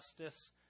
justice